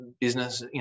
business